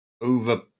over